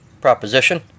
proposition